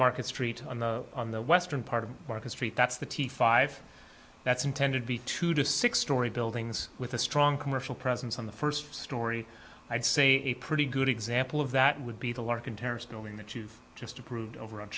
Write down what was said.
market street on the on the western part of market street that's the t five that's intended to be two to six story buildings with a strong commercial presence on the first story i'd say a pretty good example of that would be the larkin terrace knowing that you've just proved over